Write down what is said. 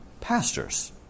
pastors